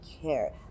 care